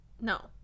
No